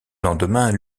lendemain